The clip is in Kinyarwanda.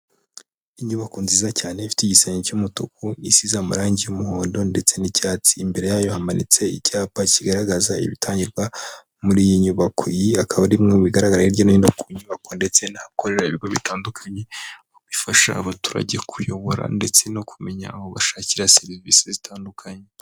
Inyubako nziza cyane ifite igisenge cy'umutuku, isize' amarangi y'umuhondo ndetse n'icyatsi, imbere yayo hamanitse icyapa kigaragaza ibitangirwa muri iyi nyubako, iyi akaba ari imwe mu bigaragara hirya no hino ku nyubako ndetse n'ahakorera ibigo bitandukanye, bifasha abaturage kuyobora ndetse no kumenya aho bashakira serivisi zitandukanye.